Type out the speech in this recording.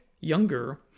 younger